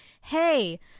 hey